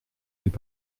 fait